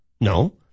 No